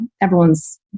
everyone's